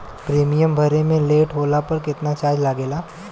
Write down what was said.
Premium भरे मे late होला पर केतना चार्ज लागेला?